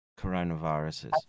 coronaviruses